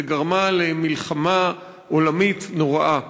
וגרמה למלחמה עולמית נוראה.